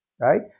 Right